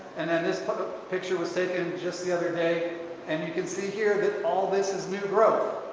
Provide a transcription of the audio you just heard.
and then this but picture was taken just the other day and you can see here that all this is new growth.